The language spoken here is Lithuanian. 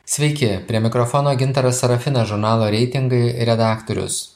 sveiki prie mikrofono gintaras sarafinas žurnalo reitingai redaktorius